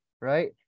right